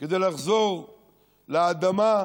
כדי לחזור לאדמה,